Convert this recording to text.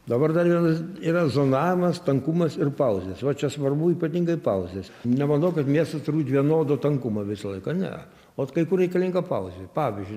dabar dar vienas yra zonavimas tankumas ir pauzės va čia svarbu ypatingai pauzės nemanau kad miestas turi būt vienodo tankumo visą laiką ne ot kai kur reikalinga pauzė pavyzdžiui